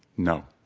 no.